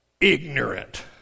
ignorant